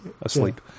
asleep